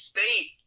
State